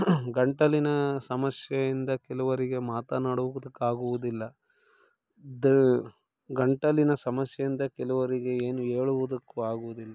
ಗಂಟಲಿನ ಸಮಸ್ಯೆಯಿಂದ ಕೆಲವರಿಗೆ ಮಾತನಾಡುವುದಕ್ಕಾಗುವುದಿಲ್ಲ ಗಂಟಲಿನ ಸಮಸ್ಯೆಯಿಂದ ಕೆಲವರಿಗೆ ಏನು ಹೇಳುವುದಕ್ಕೂ ಆಗುವುದಿಲ್ಲ